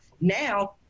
Now